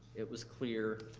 it was clear,